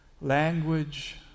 language